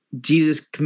Jesus